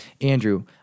Andrew